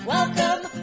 Welcome